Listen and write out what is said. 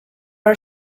are